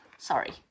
sorry